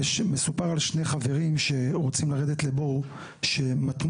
מסופר על שני חברים שרוצים לרדת לבור שמטמון